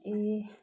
ए